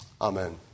Amen